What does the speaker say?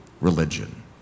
religion